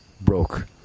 broke